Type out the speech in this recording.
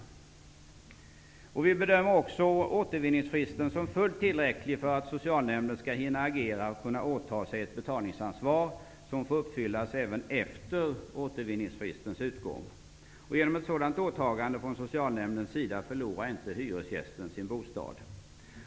Vi bedömer också återvinningsfristen som fullt tillräcklig för att socialnämnden skall hinna agera och kunna åta sig ett betalningsansvar, som får uppfyllas även efter återvinningsfristens utgång. Genom ett sådant åtagande från socialnämndens sida förlorar inte hyresgästen sin bostad.